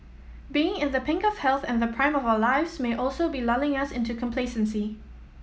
being in the pink of health and the prime of our lives may also be lulling us into complacency